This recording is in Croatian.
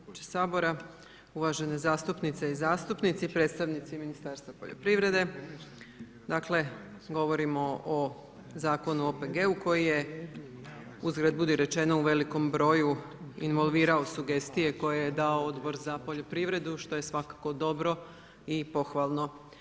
Potpredsjedniče Sabora, uvažene zastupnice i zastupnici, predstavnici Ministarstva poljoprivrede, dakle, govorimo o Zakonu o OPG-u koji je, uzgred budi rečeno u velikom broju involvirao sugestije koje je dao Odbor za poljoprivredu, što je svakako dobro i pohvalno.